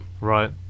Right